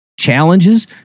challenges